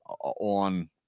on